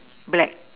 black